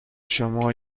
شما